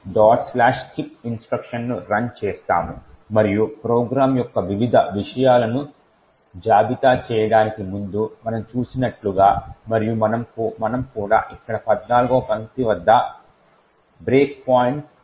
skipinstructionను run చేస్తాము మరియు program యొక్క వివిధ విషయాలను జాబితా చేయడానికి ముందు మనం చూసినట్లుగా మరియు మనం కూడా ఇక్కడ 14 వ పంక్తి వద్ద బ్రేక్ పాయింట్ పెట్టగలము